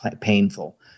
painful